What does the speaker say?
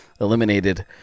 eliminated